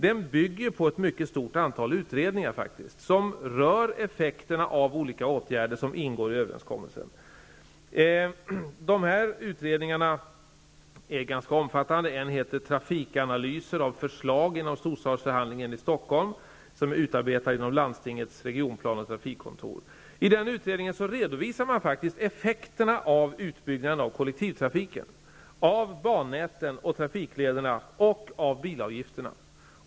Den bygger faktiskt på ett mycket stort antal utredningar som rör effekterna av olika åtgärder som ingår i överenskommelsen. Dessa utredningar är ganska omfattande. En utredning heter Trafikanalyser av förslag inom storstadsförhandlingen i Stockholm. Den är utarbetad inom landstingets regionplane och trafikkontor. I den utredningen redovisar man faktiskt effekterna av utbyggnaden av kollektivtrafiken, av bannäten och av trafiklederna och effekterna av bilavgifterna.